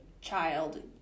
child